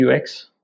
UX